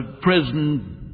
prison